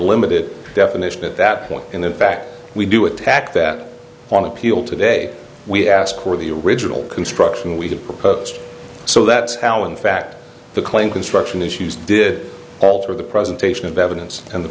limited definition at that point in the fact we do with tack that on appeal today we ask or the original construction we did so that now in fact the claim construction issues did alter the presentation of evidence and the